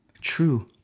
True